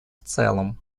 целом